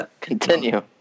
Continue